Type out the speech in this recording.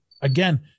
again